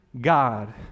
God